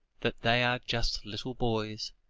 that they are just little boys,